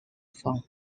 found